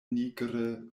nigre